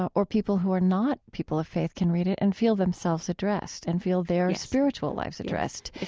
or people who are not people of faith can read it and feel themselves addressed and feel their spiritual lives addressed